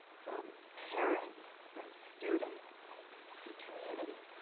from parents, from students and community,